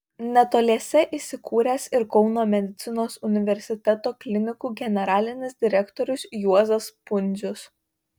netoliese įsikūręs ir kauno medicinos universiteto klinikų generalinis direktorius juozas pundzius